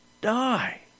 die